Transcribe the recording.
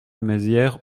maizière